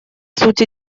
сути